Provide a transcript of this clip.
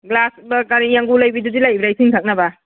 glass ꯀꯔꯤ ꯌꯥꯡꯒꯨ ꯂꯩꯕꯤꯗꯨꯗꯤ ꯂꯩꯕ꯭ꯔꯥ ꯏꯁꯤꯡ ꯊꯛꯅꯕ